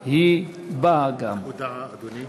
פיננסיים (אישור מיוחד ואי-התרת הוצאה לצורכי מס בשל תגמול חריג),